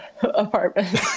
apartment